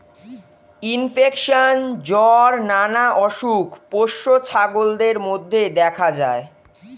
infection, জ্বর নানা অসুখ পোষ্য ছাগলদের মধ্যে দেখা যায়